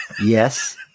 Yes